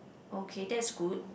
okay that's good